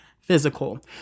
physical